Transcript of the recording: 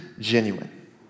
Genuine